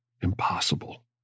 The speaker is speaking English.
Impossible